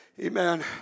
Amen